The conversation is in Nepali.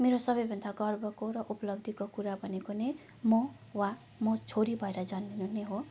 मेरो सबैभन्दा गर्वको र उपलब्धिको कुरा भनेको नै म वा म छोरी भएर जन्मिनु नै हो